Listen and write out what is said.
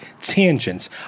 tangents